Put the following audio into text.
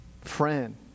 friend